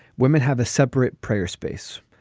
women have a separate prayer space.